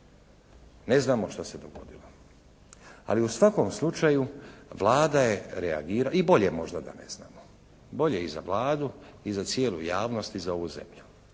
ne znamo što se dogodilo. Ali u svakom slučaju Vlada je reagirala, ali i bolje možda da ne znamo. Bolje i za Vladu i za cijelu javnost i za ovu zemlju.